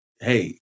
Hey